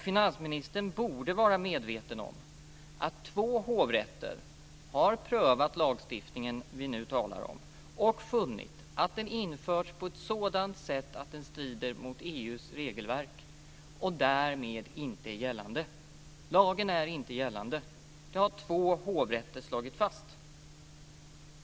Finansministern borde vara medveten om att två hovrätter har prövat den lagstiftning vi nu talar om och funnit att den införts på ett sådant sätt att den strider mot EU:s regelverk och därmed inte är gällande. Lagen är inte gällande. Det har två hovrätter slagit fast.